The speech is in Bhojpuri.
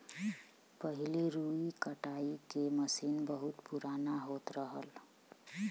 पहिले रुई कटाई के मसीन बहुत पुराना होत रहल